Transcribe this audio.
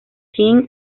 king